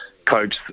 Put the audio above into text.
coach